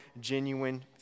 genuine